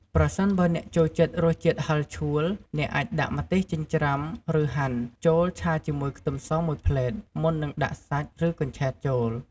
ប្រសិនបើអ្នកចូលចិត្តរសជាតិហឹរឆួល អ្នកអាច ដាក់ម្ទេសចិញ្ច្រាំ ឬហាន់ ចូលឆាជាមួយខ្ទឹមសមួយភ្លែត មុននឹងដាក់សាច់ ឬកញ្ឆែតចូល។